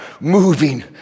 moving